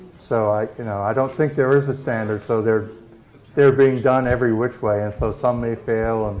so i you know i don't think there is a standard, so they're they're being done every which way. and so some may fail,